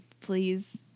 please